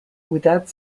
without